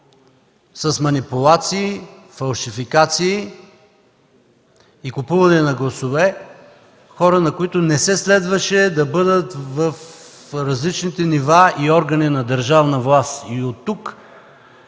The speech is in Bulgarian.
с манипулации, фалшификации и купуване на гласове хора, които не следваше да бъдат в различните нива и органи на държавна власт. И от тук